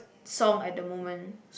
song at the moment